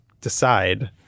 decide